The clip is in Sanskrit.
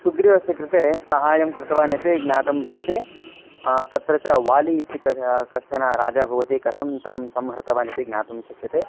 सुग्रीवस्य कृते सहाय्यं कृतवान् इति ज्ञातं भवति तत्र च वालिः इति कश्चन राजा भवति कथं तं संहृतवान् इति ज्ञातुं शक्यते